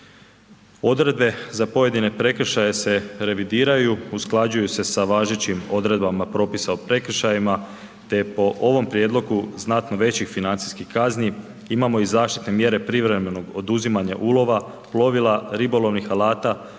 Odredbe za pojedine prekršaje se revidiraju, usklađuju se sa važećim odredbama propisa o prekršajima te je po ovom prijedlogu znatno većih financijskih kazni imamo i zaštitne mjere privremenog oduzimanja ulova, plovila, ribolovnih alata,